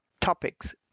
topics